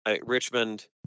richmond